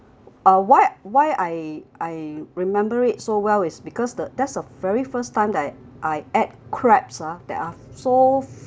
uh why why I I remember it so well is because the that's a very first time that I ate crabs ah that are so